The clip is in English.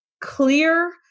clear